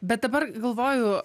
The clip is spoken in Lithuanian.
bet dabar galvoju